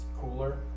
cooler